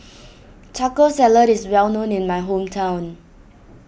Taco Salad is well known in my hometown